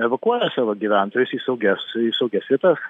evakuoja savo gyventojus į saugias saugias vietas